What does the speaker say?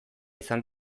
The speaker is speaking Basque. izan